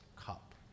cup